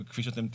כפי שאתם רואים,